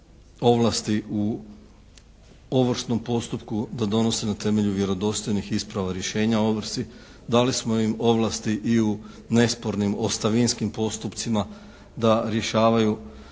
ovlasti u ovršnom postupku da donose na temelju vjerodostojnih isprava rješenja o ovrsi. Dali smo im ovlasti i u nespornim ostavinskim postupcima da rješavaju